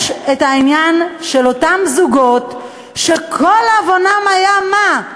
יש העניין של אותם זוגות שכל עוונם היה מה?